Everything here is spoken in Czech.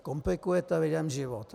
Komplikujete lidem život.